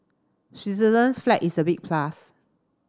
Switzerland's flag is a big plus